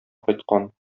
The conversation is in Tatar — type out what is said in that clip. кайткан